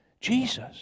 Jesus